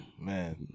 Man